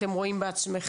אתם רואים בעצמכם.